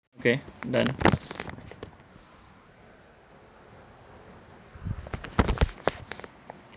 okay done